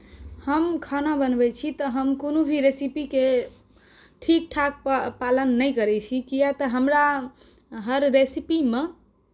हम खाना बनबैत छी तऽ हम कोनो भी रेसिपीके ठीक ठाक पालन नहि करैत छी किया तऽ हमरा हर रेसिपीमे